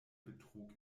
betrug